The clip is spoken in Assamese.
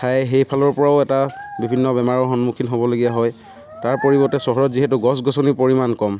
খায় সেইফালৰ পৰাও এটা বিভিন্ন বেমাৰৰ সন্মুখীন হ'বলগীয়া হয় তাৰ পৰিৱৰ্তে চহৰত যিহেতু গছ গছনিৰ পৰিমাণ কম